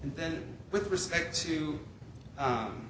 then with respect to